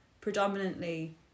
predominantly